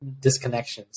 disconnections